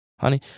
honey